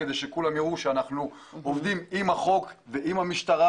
כדי שכולם ייראו שאנחנו עובדים עם החוק ועם המשטרה